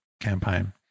campaign